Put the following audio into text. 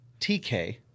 TK